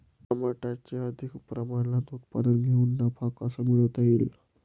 टमाट्याचे अधिक प्रमाणात उत्पादन घेऊन नफा कसा मिळवता येईल?